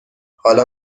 حالا